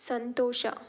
ಸಂತೋಷ